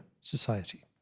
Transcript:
society